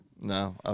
No